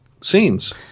scenes